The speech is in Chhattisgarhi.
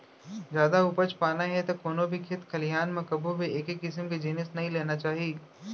जादा उपज पाना हे त कोनो भी खेत खलिहान म कभू भी एके किसम के जिनिस नइ लेना चाही